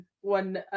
one